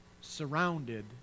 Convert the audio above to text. surrounded